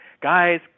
guys